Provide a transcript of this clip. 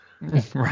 Right